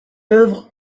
œuvre